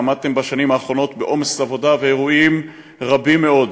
עמדתם בשנים האחרונות בעומס עבודה ואירועים רבים מאוד.